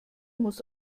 muss